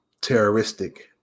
terroristic